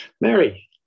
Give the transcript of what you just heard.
Mary